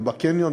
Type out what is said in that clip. ובקניון,